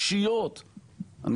בוקר טוב לכולם.